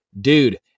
dude